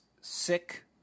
sick